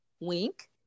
Wink